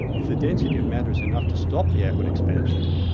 if the density of matter is enough to stop the outward expansion,